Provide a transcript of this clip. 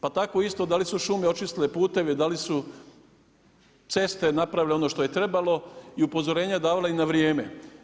Pa tako isto da li su šume očistile puteve i da li su ceste napravile ono što je trebalo i upozorenja davale na vrijeme.